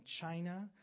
China